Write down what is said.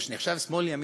מה שנחשב שמאל וימין,